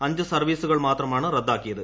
അഞ്ചു സർവ്വീസുകൾ മാത്രമാണ് റദ്ദാക്കിയത്